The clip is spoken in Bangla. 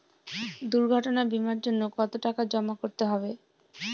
দুর্ঘটনা বিমার জন্য কত টাকা জমা করতে হবে?